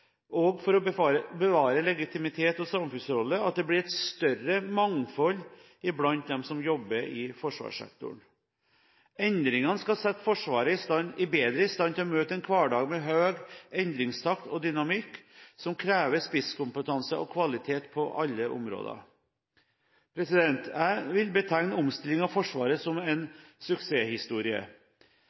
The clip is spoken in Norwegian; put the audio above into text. kompetanse, og for å bevare legitimiteten og samfunnsrollen, at det blir et større mangfold blant dem som jobber i forsvarssektoren. Endringene skal sette Forsvaret bedre i stand til å møte en hverdag med høy endringstakt og dynamikk, som krever spisskompetanse og kvalitet på alle områder. Jeg vil betegne omstillingen av Forsvaret som en suksesshistorie.